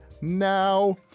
now